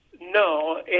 No